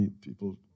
people